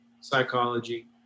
psychology